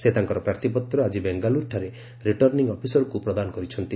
ସେ ତାଙ୍କର ପ୍ରାର୍ଥୀପତ୍ର ଆଜି ବେଙ୍ଗାଲୁରୁଠାରେ ରିଟର୍ଣ୍ଣିଂ ଅଫିସରଙ୍କୁ ପ୍ରଦାନ କରିଛନ୍ତି